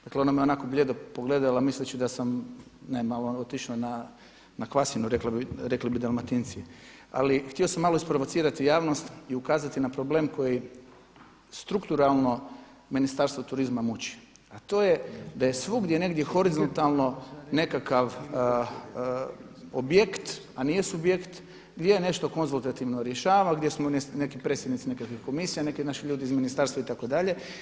Dakle, ona me onako blijedo pogledala misleći da sam ne malo otišao na kvasinu rekli bi Dalmatinci, ali htio sam malo isprovocirati javnost i ukazati na problem koji strukturalno Ministarstvo turizma muči, a to je da je svugdje negdje horizontalno nekakav objekt, a nije subjekt gdje se nešto konzultativno rješava, gdje smo predsjednici nekakvih komisija, neki naši ljudi iz ministarstva i tako dalje.